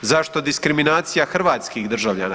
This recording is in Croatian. Zašto diskriminacija hrvatskih državljana?